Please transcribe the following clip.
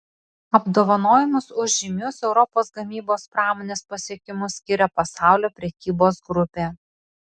apdovanojimus už žymius europos gamybos pramonės pasiekimus skiria pasaulio prekybos grupė